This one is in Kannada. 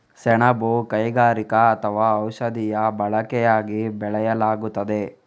ಸೆಣಬನ್ನು ಕೈಗಾರಿಕಾ ಅಥವಾ ಔಷಧೀಯ ಬಳಕೆಯಾಗಿ ಬೆಳೆಯಲಾಗುತ್ತದೆ